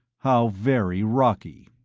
how very rocky.